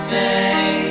day